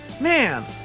Man